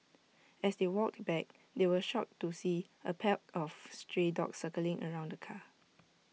as they walked back they were shocked to see A pack of stray dogs circling around the car